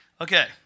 Okay